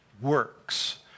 works